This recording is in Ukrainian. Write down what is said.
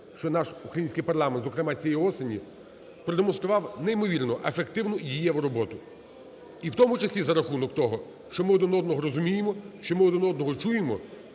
що наш український парламент, зокрема цієї осені, продемонстрував неймовірно ефективну і дієву роботу, і в тому числі за рахунок того, що ми один одного розуміємо, що ми один одного чуємо